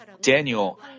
Daniel